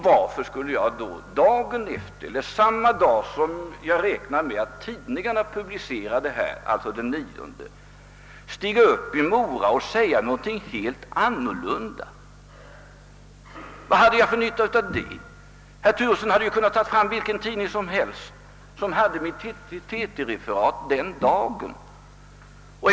Varför skulle jag då samma dag som jag räknade med att tidningarna publicerade detta uttalande, alltså den 9 september, stiga upp i Mora och säga någonting helt annat? Vad skulle jag ha haft för nytta av det? Herr Turesson hade ju kunnat ta fram vilken tidning som helst som hade infört mitt TT-referat den dagen.